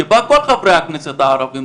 שבהם כל חברי הכנסת הערבים,